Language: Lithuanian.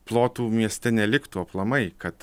plotų mieste neliktų aplamai kad